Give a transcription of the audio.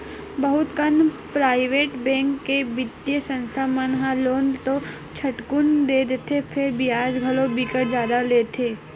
बहुत कन private bank के बित्तीय संस्था मन ह लोन तो झटकुन दे देथे फेर बियाज घलो बिकट जादा लेथे